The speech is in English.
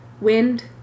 wind